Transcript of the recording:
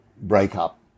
breakup